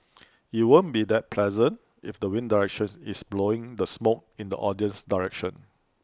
IT won't be that pleasant if the wind direction is blowing the smoke in the audience's direction